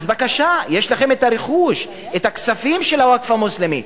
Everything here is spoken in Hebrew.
אז בבקשה, יש לכם הרכוש, הכספים של הווקף המוסלמי.